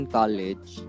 college